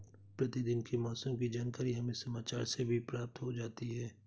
प्रतिदिन के मौसम की जानकारी हमें समाचार से भी प्राप्त हो जाती है